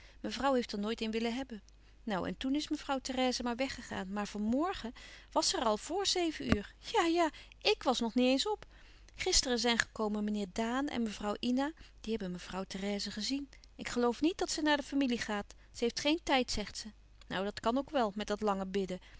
mevrouw heeft er nooit een willen hebben nou en toen is mevrouw therèse maar weggegaan maar van morgen was ze er al voor zeven uur ja ja ik was nog niet eens op gisteren zijn gekomen meneer daan en mevrouw ina die hebben mevrouw therèse gezien ik geloof niet dat ze naar de familie gaat ze heeft geen tijd zegt ze nou dat kan ook wel met dat lange bidden